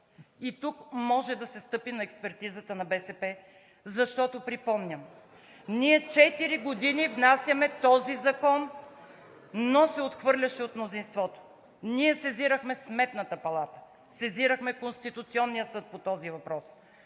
И тук може да се стъпи на експертизата на БСП, защото, припомням, ние четири години внасяме този закон, но се отхвърляше от мнозинството. Ние сезирахме Сметната палата, сезирахме Конституционния съд по този въпрос,